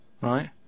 right